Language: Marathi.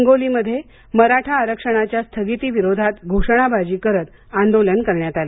हिंगोलीमध्ये मराठा आरक्षणाच्या स्थगिती विरोधात घोषणाबाजी करत आंदोलन करण्यात आलं